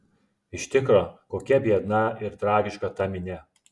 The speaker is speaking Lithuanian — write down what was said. iš tikro kokia biedna ir tragiška ta minia